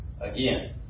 again